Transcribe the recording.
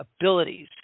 abilities